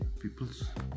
people's